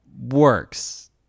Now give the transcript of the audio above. works